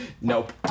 Nope